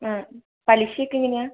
ആ പലിശയൊക്കെ എങ്ങനെയാണ്